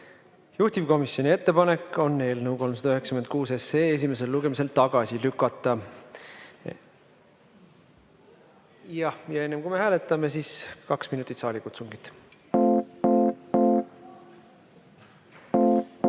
Juhtivkomisjoni ettepanek on eelnõu 396 esimesel lugemisel tagasi lükata. Ja enne, kui me hääletame, kaks minutit saalikutsungit. Head